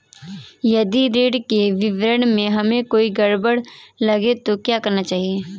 यदि ऋण के विवरण में हमें कोई गड़बड़ लगे तो क्या करना चाहिए?